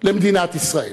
למדינת ישראל?